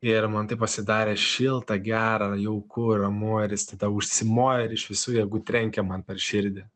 ir man taip pasidarė šilta gera jauku ramu ir jis tada užsimojo ir iš visų jėgų trenkė man per širdį